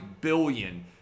billion